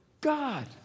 God